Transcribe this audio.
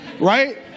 Right